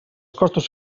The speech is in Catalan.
costos